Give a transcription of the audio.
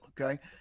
Okay